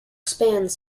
spans